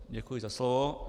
Děkuji za slovo.